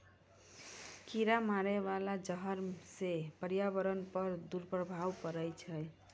कीरा मारै बाला जहर सँ पर्यावरण पर दुष्प्रभाव पड़ै छै